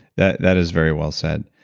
that that is very well said.